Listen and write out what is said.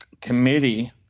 committee